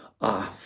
off